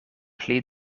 pli